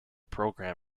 program